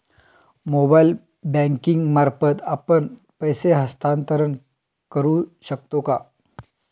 Mobile banking मार्फत आपण पैसे हस्तांतरण करू शकतो का?